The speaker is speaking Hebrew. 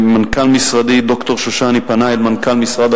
מנכ"ל משרדי ד"ר שושני פנה אל מנכ"ל משרד